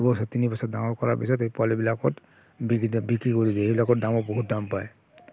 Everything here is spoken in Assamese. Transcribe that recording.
দুবছৰ তিনিবছৰ ডাঙৰ কৰাৰ পিছত এই পোৱালিবিলাকত বিকি দিয়ে বিক্ৰী কৰি দিয়ে সেইবিলকৰ দামো বহুত দাম পায়